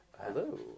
Hello